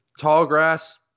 Tallgrass